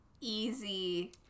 easy